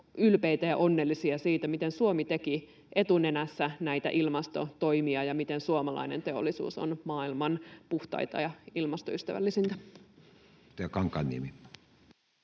ylpeitä ja onnellisia siitä, miten Suomi teki etunenässä näitä ilmastotoimia ja miten suomalainen teollisuus on maailman puhtainta ja ilmastoystävällisintä.